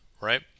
right